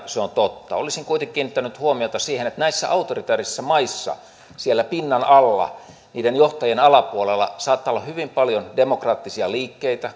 se on totta olisin kuitenkin kiinnittänyt huomiota siihen että näissä autoritäärisissä maissa siellä pinnan alla niiden johtajien alapuolella saattaa olla hyvin paljon demokraattisia liikkeitä